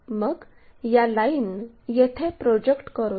मग या लाईन येथे प्रोजेक्ट करू